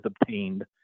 obtained